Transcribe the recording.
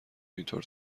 اینطور